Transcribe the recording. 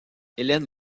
hélène